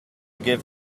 give